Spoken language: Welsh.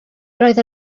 roedd